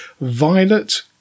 violet